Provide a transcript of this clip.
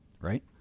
Right